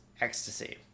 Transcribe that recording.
ecstasy